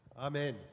Amen